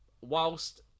whilst